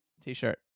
t-shirt